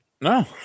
No